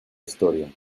historia